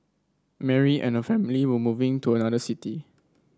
Mary and her family were moving to another city